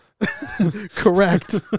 Correct